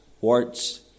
warts